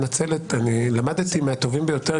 למדתי מהטובים ביותר,